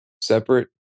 separate